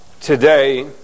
today